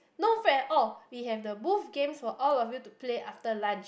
no fret at all we have the both games for all of you to play after lunch